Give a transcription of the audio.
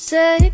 Say